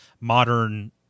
modern